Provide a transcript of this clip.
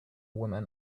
woman